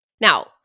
Now